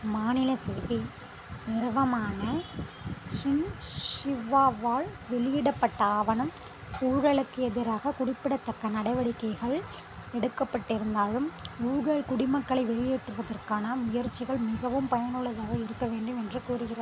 மாநில செய்தி நிறுவனமான சின்ஷிவ்வாவால் வெளியிடப்பட்ட ஆவணம் ஊழலுக்கு எதிராக குறிப்பிடத்தக்க நடவடிக்கைகள் எடுக்கப்பட்டிருந்தாலும் ஊகல் குடிமக்களை வெளியேற்றுவதற்கான முயற்சிகள் மிகவும் பயனுள்ளதாக இருக்க வேண்டும் என்று கூறுகிற